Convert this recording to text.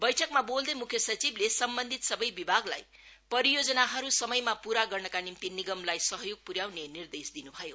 बैठकमा बोल्दै म्ख्य सचिवले सम्वन्धित सबै विभागलाई परियोजनाहरू समयमा पूरा गर्नका निम्ति नियमलाई सहयोग पुर्याउने निर्देश दिनु भयो